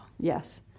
Yes